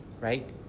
right